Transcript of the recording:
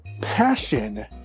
passion